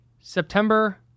September